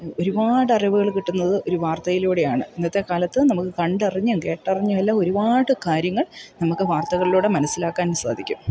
ഒരുപാട് അറിവുകൾ കിട്ടുന്നത് ഒരു വാർത്തയിലൂടെയാണ് ഇന്നത്തെ കാലത്ത് നമുക്ക് കണ്ടറിഞ്ഞും കേട്ടറിഞ്ഞും എല്ലാം ഒരുപാട് കാര്യങ്ങൾ നമുക്ക് വാർത്തകളിലൂടെ മനസ്സിലാക്കാൻ സാധിക്കും